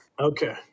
Okay